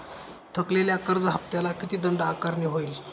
थकलेल्या कर्ज हफ्त्याला किती दंड आकारणी होईल?